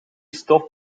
stof